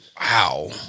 Wow